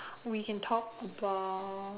we can talk about